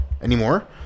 anymore